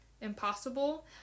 impossible